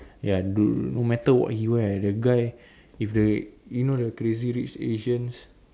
ya no matter what he wear the guy if the you know the crazy rich asians